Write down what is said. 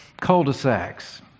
cul-de-sacs